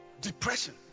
Depression